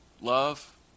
Love